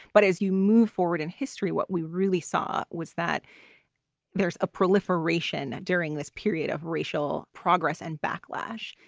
but as you move forward in history, what we really saw was that there's a proliferation during this period of racial progress and backlash.